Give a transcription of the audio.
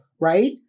right